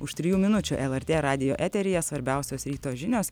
už trijų minučių lrt radijo eteryje svarbiausios ryto žinios